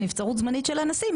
בנבצרות זמנית של הנשיא,